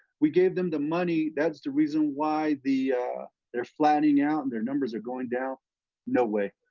we gave them the money, that's the reason why the they're flattening out and their numbers are going down no way!